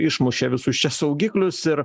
išmušė visus čia saugiklius ir